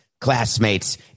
classmates